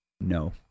no